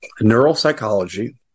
neuropsychology